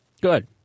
Good